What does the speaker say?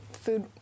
food